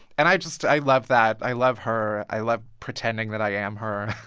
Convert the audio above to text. and i just i love that. i love her. i love pretending that i am her.